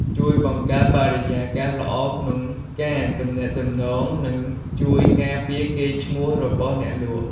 ជួយបង្កើតបរិយាកាសល្អក្នុងការទំនាក់ទំនង និងជួយការពារកេរ្តិ៍ឈ្មោះរបស់អ្នកលក់។